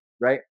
Right